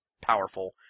powerful